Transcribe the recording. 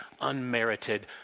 unmerited